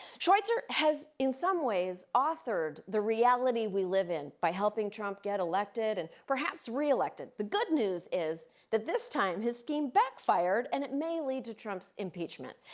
schweizer has in some ways authored the reality we live in, by helping trump get elected and perhaps re-elected. the good news is that this time his scheme backfired, and it may lead to trump's impeachment.